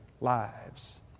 lives